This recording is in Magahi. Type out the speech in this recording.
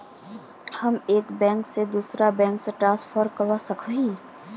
हम एक बैंक से दूसरा बैंक में ट्रांसफर कर सके हिये?